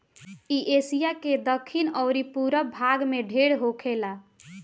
इ एशिया के दखिन अउरी पूरब भाग में ढेर होखेला